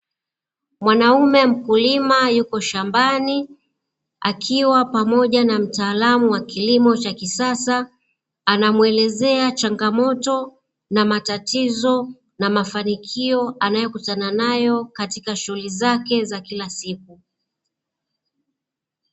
Mwanaume mkulima yupo shambani akiwa pamoja na mtaalamu wa kilimo cha kisasa, anamuelezea changamoto na matatizo na mafanikio anayokutana nayo katika shughuli zake za kila siku.